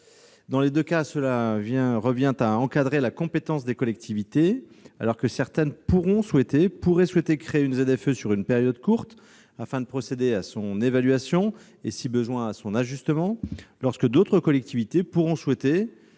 Dans les deux cas, cela revient à encadrer la compétence des collectivités, alors que certaines pourront souhaiter créer une ZFE sur une période courte, afin de procéder à son évaluation et, si besoin, à son ajustement, lorsque d'autres collectivités envisageront